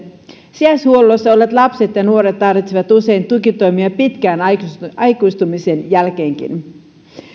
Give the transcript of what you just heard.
sijaishuollossa olleet lapset ja nuoret tarvitsevat usein tukitoimia pitkään aikuistumisen jälkeenkin